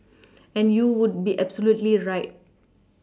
and you would be absolutely right